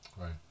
Right